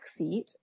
backseat